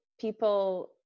people